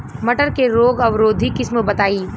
मटर के रोग अवरोधी किस्म बताई?